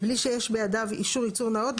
בלי שיש בידיו אישור ייצור נאות,